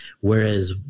Whereas